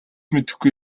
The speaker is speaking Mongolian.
мэдэхгүй